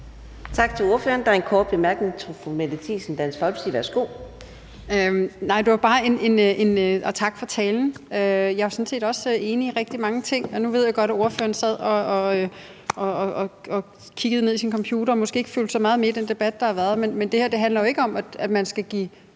Tak til ordføreren. Der en kort bemærkning. Fru Mette Thiesen, Dansk Folkeparti, værsgo. Kl. 11:47 Mette Thiesen (DF): Tak for talen. Jeg er sådan set også enig i rigtig mange ting. Nu ved jeg godt, at ordføreren sad og kiggede ned i sin computer og måske ikke fulgte så meget med i den debat, der har været, men det her handler jo ikke om, at man skal give